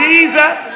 Jesus